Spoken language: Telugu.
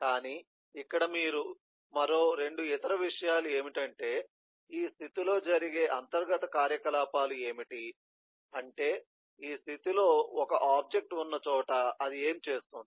కానీ ఇక్కడ మరో 2 ఇతర విషయాలు ఏమిటంటే ఈ స్థితిలో జరిగే అంతర్గత కార్యకలాపాలు ఏమిటి అంటే ఈ స్థితిలో ఒక ఆబ్జెక్ట్ ఉన్నచోట అది ఏమి చేస్తుంది